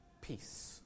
Peace